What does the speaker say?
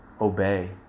obey